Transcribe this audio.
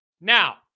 Now